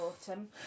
Autumn